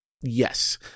Yes